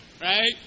right